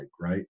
right